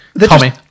Tommy